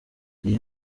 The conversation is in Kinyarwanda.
iyi